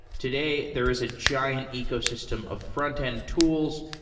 today, there is a giant ecosystem of frontend tools,